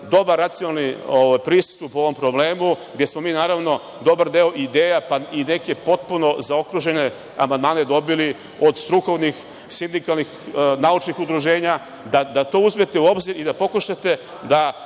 dobar racionalni pristup ovom problemu, gde smo mi naravno dobar deo ideja i neke potpuno zaokružene amandmane dobili od strukovnih sindikalnih, naučnih udruženja, da to uzmete u obzir i da pokušate da